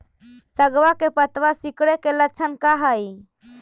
सगवा के पत्तवा सिकुड़े के लक्षण का हाई?